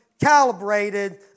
calibrated